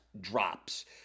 drops